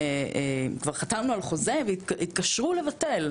כבר חתמנו על חוזה והתקשרו לבטל.